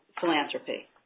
philanthropy